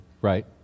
right